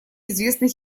известный